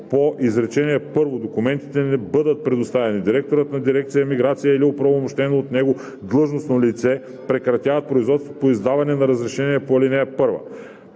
по изречение първо документите не бъдат представени, директорът на дирекция „Миграция“ или оправомощено от него длъжностно лице прекратява производството по издаване на разрешение по ал. 1.